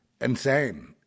Insane